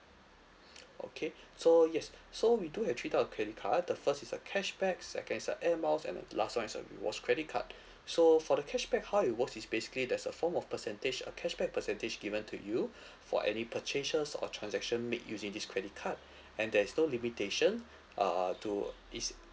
okay so yes so we do have three type of credit card the first is a cashback second is a air miles and the last one is a rewards credit card so for the cashback how it works is basically there's a form of percentage a cashback percentage given to you for any purchases or transaction made using this credit card and there is no limitation uh to is